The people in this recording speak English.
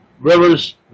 rivers